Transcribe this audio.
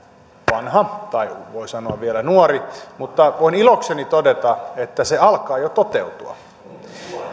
vanha tai voi sanoa vielä nuori mutta voin ilokseni todeta että se alkaa jo toteutua